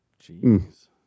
Jeez